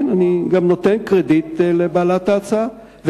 אני גם נותן קרדיט לבעלת ההצעה,